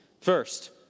First